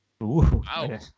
Wow